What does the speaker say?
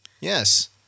Yes